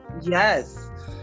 Yes